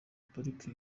pariki